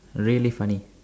really funny